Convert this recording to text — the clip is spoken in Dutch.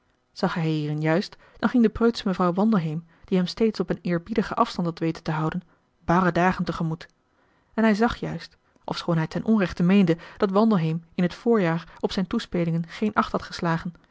zag hij hierin juist dan ging de preutsche mevrouw wandelheem die hem steeds op een eerbiedigen afstand had weten te houden barre dagen te gemoet en hij zag juist ofschoon hij ten onrechte meende dat wandelheem in het voorjaar op zijn toespelingen geen acht had geslagen